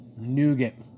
nougat